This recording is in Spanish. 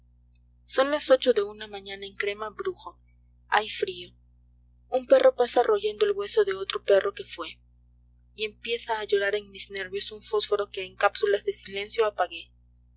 son las ocho de una mañana en crema brujo hay frío un perro pasa royendo el hueso de otro perro que fué y empieza a llorar en mis nervios un fósforo que en cápsulas de silencio apagué